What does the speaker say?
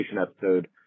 episode